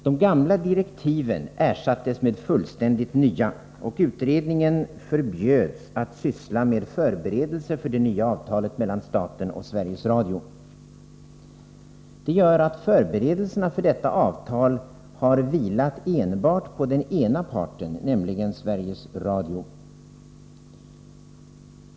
De gamla direktiven ersattes med fullständigt nya, och utredningen förbjöds att syssla med förberedelser för det nya avtalet mellan staten och Sveriges Radio. Detta gör att förberedelserna för detta avtal har vilat enbart på den ena parten, nämligen Sveriges Radio.